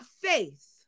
faith